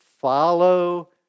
follow